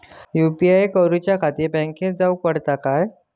UPI करूच्याखाती बँकेत जाऊचा पडता काय?